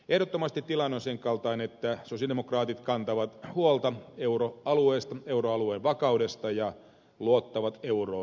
ehdottomasti tilanne on sen kaltainen että sosialidemokraatit kantavat huolta euroalueesta euroalueen vakaudesta ja luottavat euroon